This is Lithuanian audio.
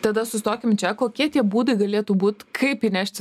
tada sustokim čia kokie tie būdai galėtų būt kaip įnešti